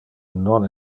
non